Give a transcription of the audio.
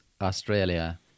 Australia